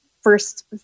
first